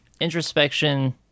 introspection